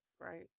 right